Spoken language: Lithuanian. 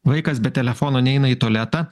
vaikas be telefono neina į tualetą